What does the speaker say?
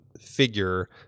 figure